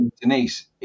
Denise